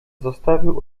zostawił